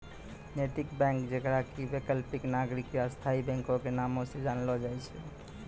नैतिक बैंक जेकरा कि वैकल्पिक, नागरिक या स्थायी बैंको के नामो से जानलो जाय छै